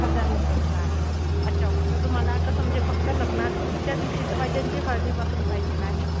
हजार लोकांचं आहे अच्छा ओके तर तुम्हाला कसं म्हणजे फक्त लग्नाच्या दिवशीचं पाहिजे आहे की हळदीपासून पाहिजेन आहे